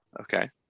Okay